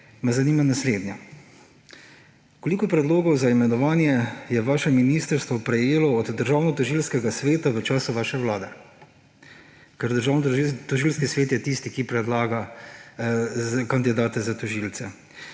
Zanima me naslednje: Koliko predlogov za imenovanje je vaše ministrstvo prejelo od Državnotožilskega sveta v času vaše vlade? Ker Državnotožilski svet je tisti, ki predlagal kandidate za tožilce.